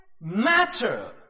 matter